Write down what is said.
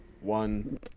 one